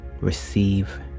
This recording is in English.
Receive